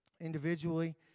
individually